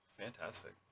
fantastic